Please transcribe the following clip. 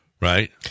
right